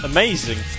Amazing